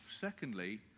secondly